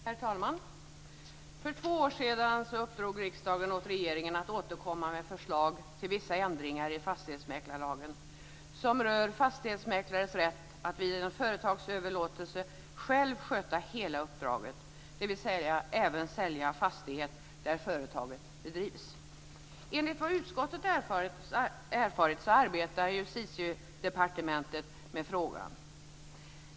Herr talman! För två år sedan uppdrog riksdagen åt regeringen att återkomma med förslag till vissa ändringar i fastighetsmäklarlagen som rör fastighetsmäklares rätt att vid en företagsöverlåtelse själv sköta hela uppdraget, dvs. även sälja fastighet där företaget bedrivs. Enligt vad utskottet erfarit arbetar Justitiedepartementet med frågan.